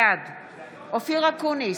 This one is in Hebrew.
בעד אופיר אקוניס,